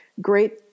great